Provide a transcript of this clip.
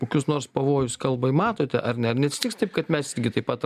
kokius nors pavojus kalbai matote ar ne ar neatsitiks taip kad mes irgi taip pat